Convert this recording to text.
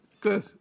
Good